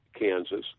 Kansas